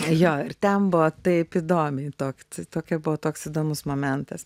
jo ir ten buvo taip įdomiai tok tokia buvo toks įdomus momentas